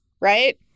Right